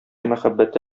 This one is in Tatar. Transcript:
мәхәббәте